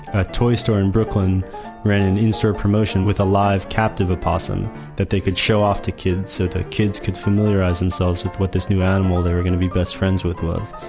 a toy store in brooklyn ran an in-store promotion with a live, captive opossum that they could show off to kids so that kids could familiarize themselves with what this new animal they were going to be best friends with was.